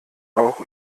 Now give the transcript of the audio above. auch